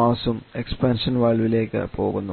മാസും expansion valve ലേക്ക് പോകുന്നു